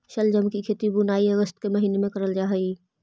शलजम की खेती बुनाई अगस्त के महीने में करल जा हई